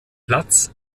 platz